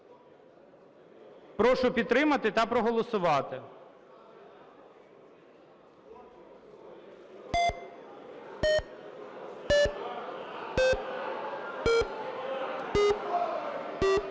Прошу підтримати та проголосувати.